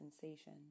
sensation